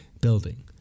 building